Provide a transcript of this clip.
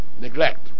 neglect